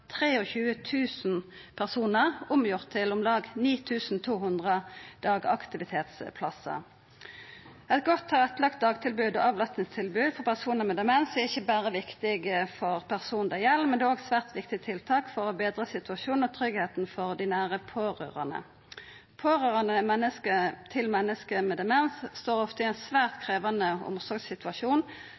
personar, omgjort til om lag 9 200 dagaktivitetsplassar. Eit godt tilrettelagt dagtilbod og avlastningstilbod for personar med demens er ikkje berre viktig for personen det gjeld, men det er også eit svært viktig tiltak for å betra situasjonen og tryggleiken for dei nære pårørande. Pårørande til menneske med demens står ofte i ein svært krevjande omsorgssituasjon